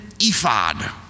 ephod